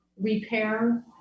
repair